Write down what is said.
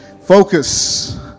Focus